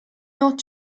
not